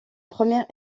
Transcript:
première